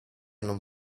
non